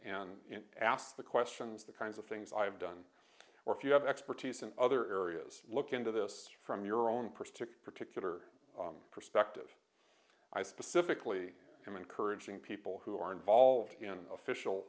and ask the questions the kinds of things i've done or if you have expertise in other areas look into this from your own particular particular perspective i specifically am encouraging people who are involved in official